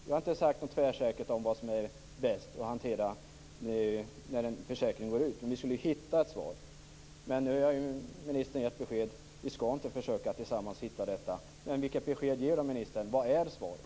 Vi har inte sagt något tvärsäkert om vad som är bäst när en försäkring går ut. Men vi skulle hitta ett svar. Men nu har ministern gett besked. Vi skall inte försöka att tillsammans hitta det. Men vilket besked ger då ministern? Vad är svaret?